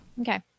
Okay